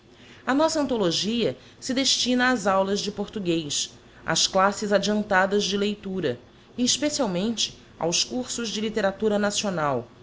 a nossa anthologia se destina ás aulas de portuguez ás classes adiantadas de leitura e especialmente aos cursos de literatura nacional